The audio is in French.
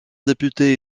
député